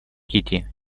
кити